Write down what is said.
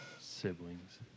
Siblings